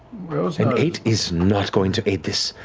eight is not going to aid this.